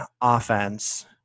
offense